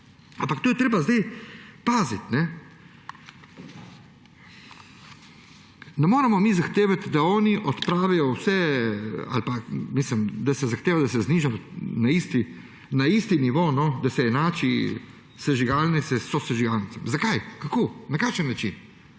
je treba zdaj paziti. Ne moremo mi zahtevati, da oni odpravijo vse, mislim, da se zahteva, da se zniža na isti nivo, da se enači sežigalnice s sosežigalnicami. Zakaj, kako, na kakšen način?